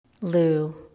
Lou